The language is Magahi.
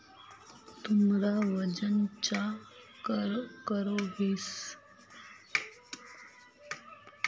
तुमरा वजन चाँ करोहिस?